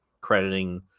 crediting